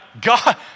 God